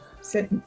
Sit